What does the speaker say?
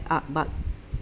art but